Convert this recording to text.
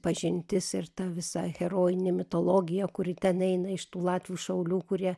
pažintis ir ta visa herojinė mitologija kuri ten eina iš tų latvių šaulių kurie